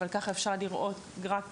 אבל ככה אפשר לראות רק ממבט,